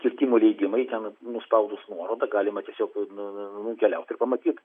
kirtimo leidimai ten nuspaudus nuorodą galima tiesiog nu nukeliaut ir pamatyt